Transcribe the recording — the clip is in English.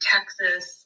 Texas